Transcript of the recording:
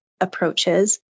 approaches